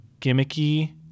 gimmicky